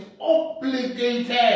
obligated